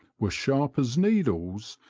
were sharp as needles,